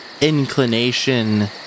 inclination